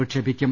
വിക്ഷേപിക്കും